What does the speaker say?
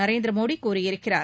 நரேந்திர மோதி கூறியிருக்கிறார்